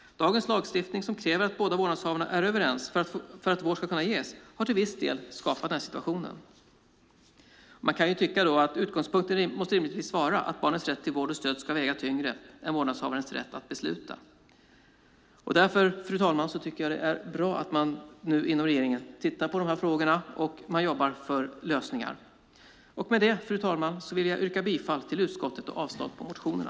Dagens lagstiftning, som kräver att båda vårdnadshavarna är överens för att vård ska kunna ges, har till viss del skapat den här situationen. Man kan ju tycka att utgångspunkten rimligtvis måste vara att barnets rätt till vård och stöd ska väga tyngre än vårdnadshavarens rätt att besluta. Därför tycker jag att det är bra att regeringen tittar på de här frågorna och jobbar för att hitta lösningar. Fru talman! Med det vill jag yrka bifall till utskottets förslag och avslag på motionerna.